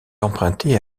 emprunté